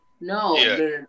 No